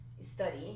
study